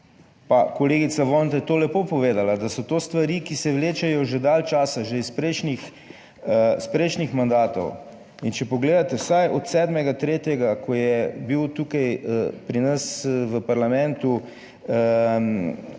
pa kolegica Vonta to lepo povedala, da so to stvari, ki se vlečejo že dalj časa, že iz prejšnjih, iz prejšnjih mandatov. Če pogledate vsaj od, 7. 3. ko je bil tukaj pri nas v parlamentu,